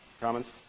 comments